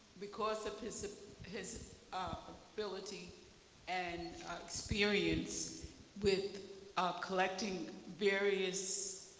because of his ah his ah ability and experience with collecting various